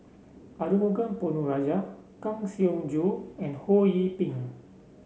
Arumugam Ponnu Rajah Kang Siong Joo and Ho Yee Ping